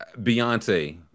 Beyonce